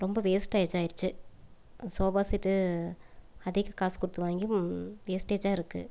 ரொம்ப வேஸ்டாய்ஜா ஆகிருச்சி சோபா செட்டு அதிக காசு கொடுத்து வாங்கி வேஸ்டேஜாக இருக்குது